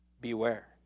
beware